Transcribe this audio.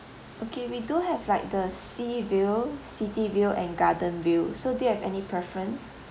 okay we do have like the sea view city view and garden view so do you have any preference